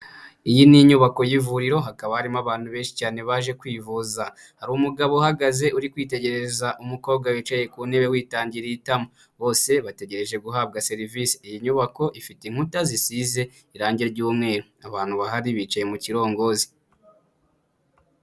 Iyi ni inyubako y'ivuriro hakaba harimo abantu benshi cyane baje kwivuza, hari umugabo uhagaze uri kwitegerereza umukobwa wicaye ku ntebe witangiye itama, bose bategereje guhabwa serivise, iyi nyubako ifite inkuta zisize irangi ry'umweru, abantu bahari bicaye mu kirongozi.